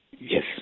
Yes